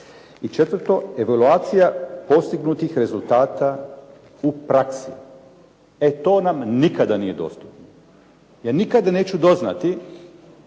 I četvrto, evaluacija postignutih rezultata u praksi. E to nam nikada nije dostupno. Ja nikada neću doznati